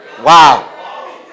Wow